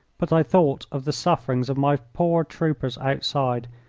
but i thought of the sufferings of my poor troopers outside,